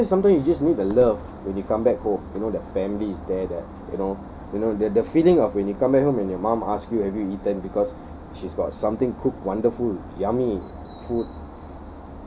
it's just sometimes you just need the love when you come back home you know that family is there that you know you know the the feeling of when you come back home and your mum ask you have you eaten because she's got something cooked wonderful yummy food